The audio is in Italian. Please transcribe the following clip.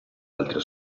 altre